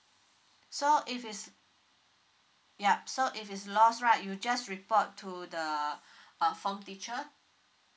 so if it's yup so if it's lost right you just report to the uh form teacher